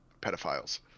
pedophiles